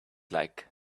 like